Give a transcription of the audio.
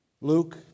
Luke